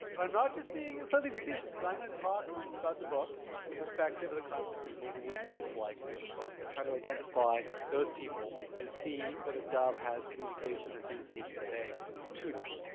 but i'm not just being and so slightly facetious because i'm going to talk about the book and the perspective of the kinds of people who will dislike this book and try to identify those people and see whether dov has communications or things that he can say to them.